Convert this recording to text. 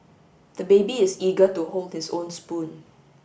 the baby is eager to hold his own spoon